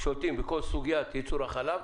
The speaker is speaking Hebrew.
שולטים בכל סוגיית ייצור החלב.